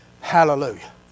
Hallelujah